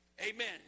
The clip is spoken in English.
Amen